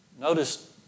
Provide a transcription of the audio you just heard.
Notice